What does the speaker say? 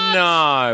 no